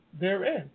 therein